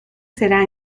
será